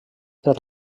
per